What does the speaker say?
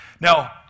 Now